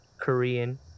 Korean